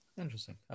Interesting